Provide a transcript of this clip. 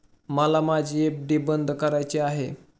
मला माझी एफ.डी बंद करायची आहे